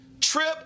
trip